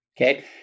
okay